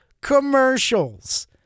commercials